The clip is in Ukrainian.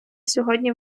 сьогодні